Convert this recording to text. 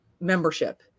membership